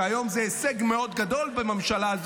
היום זה הישג מאוד גדול בממשלה,